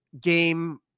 game